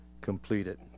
completed